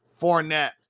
fournette